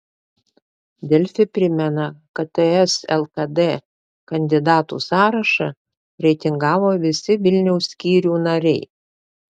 delfi primena kad ts lkd kandidatų sąrašą reitingavo visi vilniaus skyrių nariai